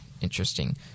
interesting